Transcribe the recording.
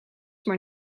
maar